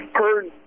heard –